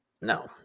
No